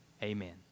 Amen